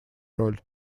роль